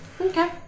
Okay